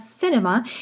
cinema